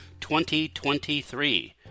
2023